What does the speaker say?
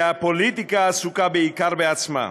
שהפוליטיקה עסוקה בעיקר בעצמה,